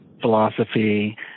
philosophy